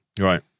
Right